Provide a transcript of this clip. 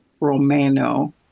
Romano